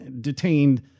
detained